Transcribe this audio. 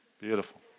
beautiful